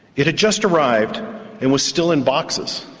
it had just arrived and was still in boxes.